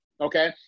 okay